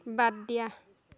বাদ দিয়া